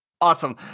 Awesome